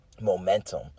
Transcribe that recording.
momentum